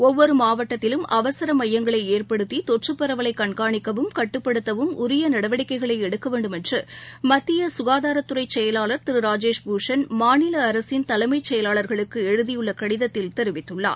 ஒவ்வொருமாவட்டத்திலும் அவசரமையங்களைஏற்படுத்தி தொற்றுப் பரவலைக் கண்காணிக்கவும் கட்டுப்படுத்தவும் உரியநடவடிக்கைகளைஎடுக்கவேண்டுமென்றுமத்தியக்காதாரத்துறைசெயலாளர் திருராஜேஷ் பூஷண் மாநிலஅரசின் தலைமைச் செயலாளர்களுக்குஎழுதியுள்ளகடிதத்தில் தெரிவித்துள்ளார்